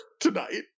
tonight